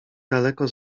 daleko